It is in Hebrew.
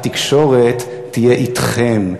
התקשורת תהיה אתכם.